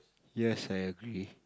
yes I agree